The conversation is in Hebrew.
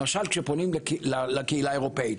למשל כשפונים לקהילה האירופית.